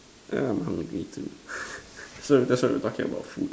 now I'm hungry too so that's why we're talking about food